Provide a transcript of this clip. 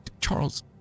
Charles